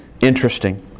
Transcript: interesting